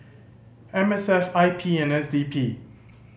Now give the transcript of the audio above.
M S F I P and S D P